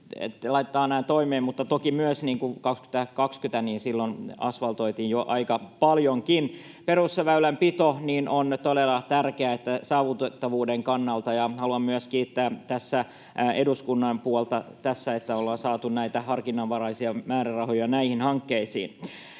laittaa nämä toimeen, mutta toki myös 2020 asfaltoitiin jo aika paljonkin. Perusväylänpito on todella tärkeää saavutettavuuden kannalta, ja haluan myös kiittää tässä eduskunnan puolta, että ollaan saatu näitä harkinnanvaraisia määrärahoja näihin hankkeisiin.